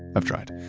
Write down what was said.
i've tried.